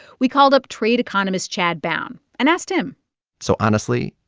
we called up trade economist chad bown and asked him so honestly,